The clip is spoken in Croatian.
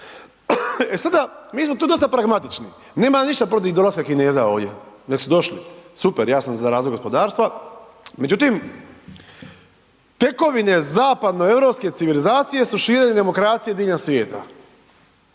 E sada, mi smo tu dosta pragmatični, nemam ja ništa protiv dolaska Kineza ovdje, nek su došli, super, ja sam za razvoj gospodarstva. Međutim, tekovine zapadnoeuropske civilizacije su širenje demokracije diljem svijeta,